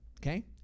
Okay